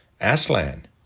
Aslan